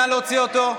נא להוציא אותו.